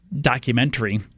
documentary